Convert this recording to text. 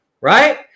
right